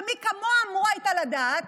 ומי כמוה אמורה הייתה לדעת,